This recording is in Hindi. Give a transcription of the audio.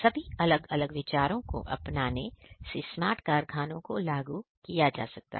सभी अलग अलग विचारों को अपनाने से स्मार्ट कारखानों को लागू किया जा सकता है